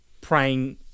praying